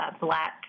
Black